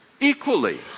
equally